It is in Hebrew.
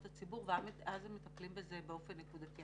הציבור ואז הם מטפלים בזה באופן נקודתי.